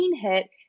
hit